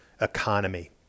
economy